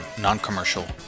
non-commercial